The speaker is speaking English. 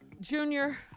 Junior